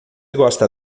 gosta